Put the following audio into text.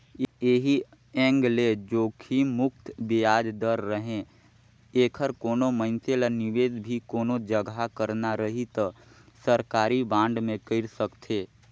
ऐही एंग ले जोखिम मुक्त बियाज दर रहें ऐखर कोनो मइनसे ल निवेस भी कोनो जघा करना रही त सरकारी बांड मे कइर सकथे